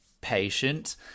patient